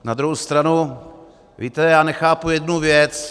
Na druhou stranu, víte, já nechápu jednu věc.